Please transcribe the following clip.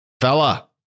Fella